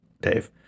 Dave